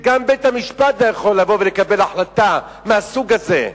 שגם בית-המשפט לא יכול לבוא ולקבל החלטה מהסוג הזה,